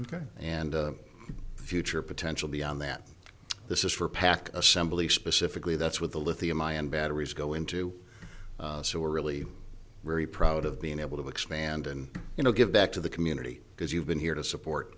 and the future potential beyond that this is for pack assembly specifically that's what the lithium ion batteries go into so we're really very proud of being able to expand and you know give back to the community because you've been here to support